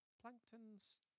Plankton's